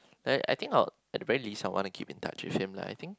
like I think I would at the very least someone to keep in touch with him like I think